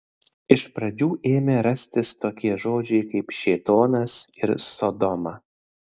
iš pradžių ėmė rastis tokie žodžiai kaip šėtonas ir sodoma